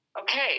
okay